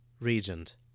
Regent